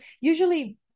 usually